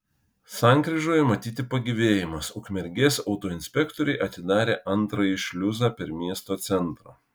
sankryžoje matyti pagyvėjimas ukmergės autoinspektoriai atidarė antrąjį šliuzą per miesto centrą